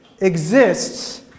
exists